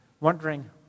wondering